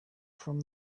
from